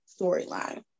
storyline